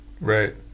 Right